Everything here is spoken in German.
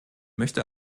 möchte